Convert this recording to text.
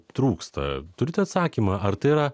trūksta turite atsakymą ar tai yra